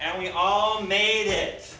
and we all made it